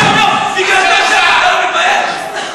בגלל זה, להתבייש?